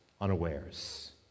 unawares